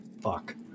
Fuck